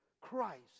Christ